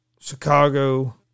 Chicago